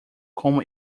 como